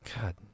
God